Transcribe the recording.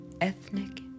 ethnic